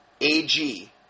Ag